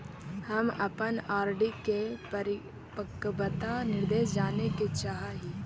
हम अपन आर.डी के परिपक्वता निर्देश जाने के चाह ही